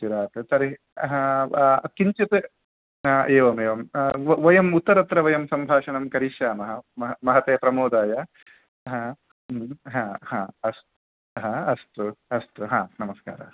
चिरात् तर्हि किञ्चित् एवमेवं वयम् उत्तरत्र वयं सम्भाषणं करिष्यामः महत् महते प्रमोदाय ह हु ह ह अस्तु ह अस्तु अस्तु हा नमस्कारः